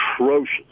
atrocious